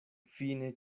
fine